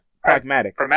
Pragmatic